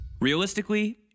Realistically